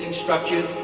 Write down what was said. structure,